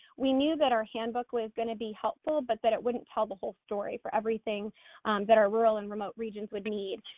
we knew that our handbook was gonna be helpful, but that it wouldn't tell the whole story for everything that our rural and remote regions would need,